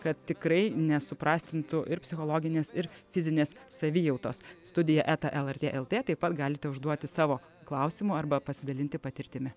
kad tikrai ne suprastintų ir psichologinės ir fizinės savijautos studija eta lrt lt taip pat galite užduoti savo klausimų arba pasidalinti patirtimi